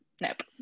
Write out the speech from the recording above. nope